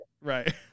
Right